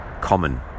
common